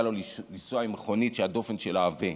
בא לו לנסוע עם מכונית שהדופן שלה עבה,